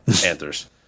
Panthers